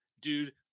Dude